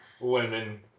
women